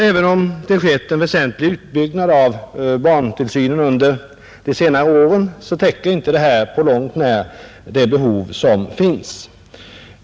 Även om det skett en väsentlig utbyggnad av barntillsynen under de senare åren täcker inte denna på långt när det behov som finns.